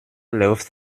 läuft